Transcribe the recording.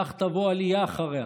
כך תבוא עלייה אחריה.